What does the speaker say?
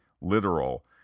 literal